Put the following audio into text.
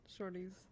shorties